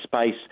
space